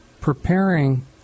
preparing